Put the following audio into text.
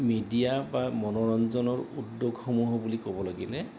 media বা মনোৰঞ্জনৰ উদ্যোগসমূহ বুলি ক'ব লাগিলে